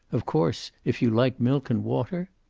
of course, if you like milk and water?